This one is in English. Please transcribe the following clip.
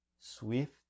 swift